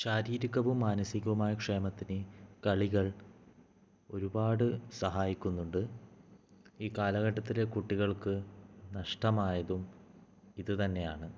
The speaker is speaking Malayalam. ശാരീരികവും മാനസികവുമായ ക്ഷേമത്തിന് കളികൾ ഒരുപാട് സഹായിക്കുന്നുണ്ട് ഈ കാലഘട്ടത്തിലെ കുട്ടികൾക്ക് നഷ്ടമായതും ഇത് തന്നെയാണ്